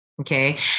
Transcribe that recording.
Okay